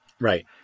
right